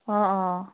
অঁ অঁ